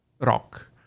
rock